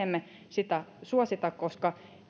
sitä suosita koska